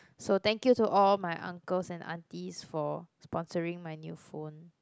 so thank you to all my uncles and aunties for sponsoring my new phone